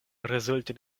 rezulte